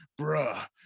bruh